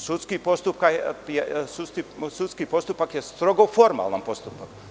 Sudski postupak je strogo formalan postupak.